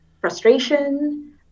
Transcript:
frustration